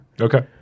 Okay